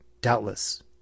doubtless